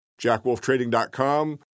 JackWolfTrading.com